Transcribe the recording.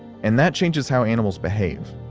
and that changes how animals behave.